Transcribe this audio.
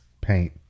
Paint